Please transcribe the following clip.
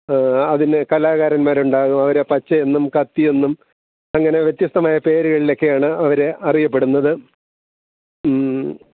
അതിലെ കലാകാരന്മാരുണ്ടാകും അവരേ പച്ചയെന്നും കത്തിയെന്നും അങ്ങനെ വ്യത്യസ്തമായ പേരുകളൊക്കെയാണ് അവർ അറിയപ്പെടുന്നത്